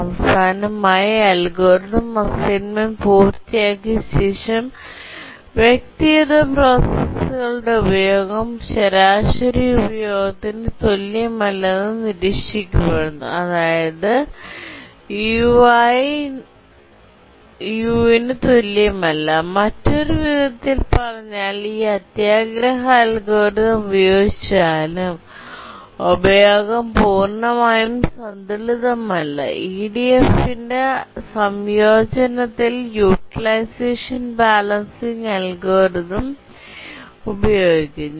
അവസാനമായി algorithm assignment പൂർത്തിയാക്കിയ ശേഷം വ്യക്തിഗത പ്രോസസ്സറുകളുടെ ഉപയോഗം ശരാശരി ഉപയോഗത്തിന് തുല്യമല്ലെന്ന് നിരീക്ഷിക്കപ്പെടുന്നു അതായത് u i ≠ u മറ്റൊരു വിധത്തിൽ പറഞ്ഞാൽ ഈ അത്യാഗ്രഹ അൽഗോരിതം ഉപയോഗിച്ചാലും ഉപയോഗം പൂർണ്ണമായും സന്തുലിതമല്ല ഇഡിഎഫിന്റെ സംയോജനത്തിൽ യൂട്ടിലൈസേഷൻ ബാലൻസിംഗ് അൽഗോരിതം ഉപയോഗിക്കുന്നു